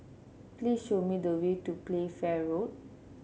please show me the way to Playfair Road